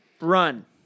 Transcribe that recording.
Run